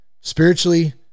spiritually